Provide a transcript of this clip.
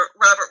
Robert